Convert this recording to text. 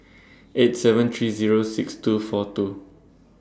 eight seven three Zero six two four two